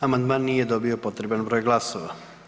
Amandman nije dobio potreban broj glasova.